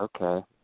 okay